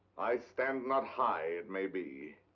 i stand not high, it may be.